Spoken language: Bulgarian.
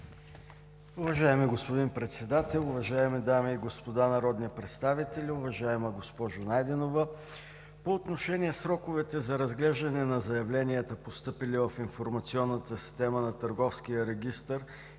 Уважаеми господин Председател, уважаеми дами и господа народни представители, уважаема госпожо Найденова! По отношение сроковете за разглеждане на заявленията, постъпили в информационната система на Търговския регистър